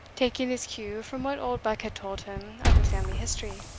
taking his cue from what oldbuck had told him of the family history